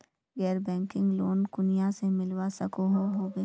गैर banking loan कुनियाँ से मिलवा सकोहो होबे?